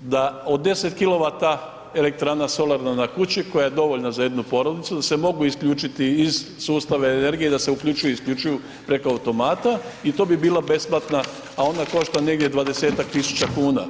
da od 10 kilovata elektrana solarna na kući koja je dovoljna za jednu porodicu da se mogu isključiti iz sustava energije i da se uključuju, isključuju preko automata i to bi bila besplatna, a ona košta negdje 20-tak tisuća kuna.